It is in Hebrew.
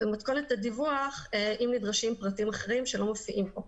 במתכונת הדיווח אם נדרשים פרטים אחרים שלא מופיעים פה.